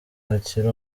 akiri